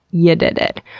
ya did it.